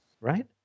Right